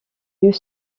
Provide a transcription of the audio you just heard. mieux